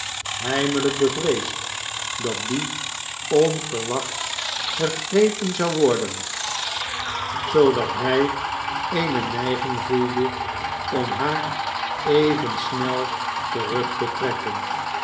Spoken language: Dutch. bevreesd dat die onverwachts gegrepen zou worden zoodat hij eene neiging voelde om haar even snel terug te trekken